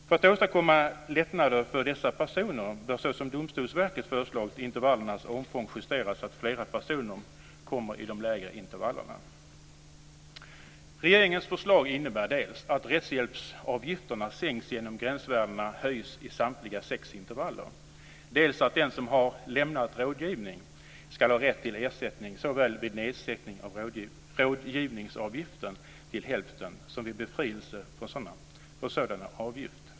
För att åstadkomma lättnader för dessa personer bör, såsom Domstolsverket föreslagit, intervallens omfång justeras så att fler personer kommer i de lägre intervallen. Regeringens förslag innebär dels att rättshjälpsavgifterna sänks genom att gränsvärdena höjs i samtliga sex intervall, dels att den som har lämnat rådgivning ska ha rätt till ersättning såväl vid nedsättning av rådgivningsavgiften till hälften som vid befrielse från sådan avgift.